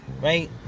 right